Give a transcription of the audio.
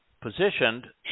positioned